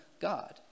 God